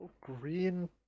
Green